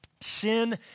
Sin